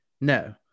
No